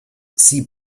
sie